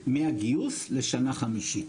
מהגיוס לשנה חמישית.